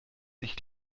sich